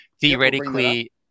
Theoretically